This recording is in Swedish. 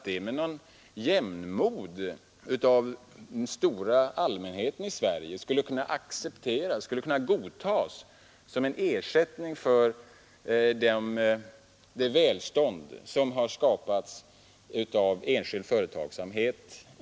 Den stora allmänheten i Sverige skulle inte med jämnmod kunna godta ett statligt ägande som ersättning för det välstånd som skapats av enskild företagsamhet.